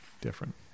different